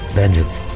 vengeance